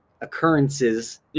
occurrences